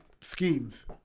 schemes